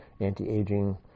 anti-aging